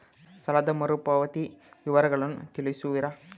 ಸಾಲದ ಮರುಪಾವತಿ ವಿವರಗಳನ್ನು ತಿಳಿಸುವಿರಾ?